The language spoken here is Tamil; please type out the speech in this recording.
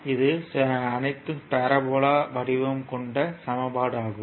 இவை அனைத்தும் பேரபோலா வடிவம் வகை சமன்பாடு ஆகும்